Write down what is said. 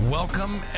Welcome